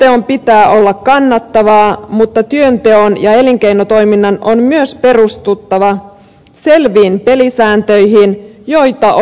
työnteon pitää olla kannattavaa mutta työnteon ja elinkeinotoiminnan on myös perustuttava selviin pelisääntöihin joita on noudatettava